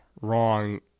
wrong